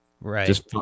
Right